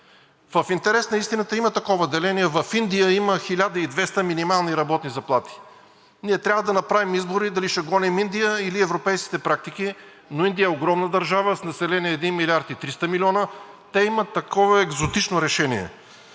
В интерес на истината, има такова деление. В Индия има 1200 минимални работни заплати. Ние трябва да направим избор дали ще гоним Индия, или европейските практики, но Индия е огромна държава, с население 1 милиард и 300 милиона, те имат такова екзотично решение.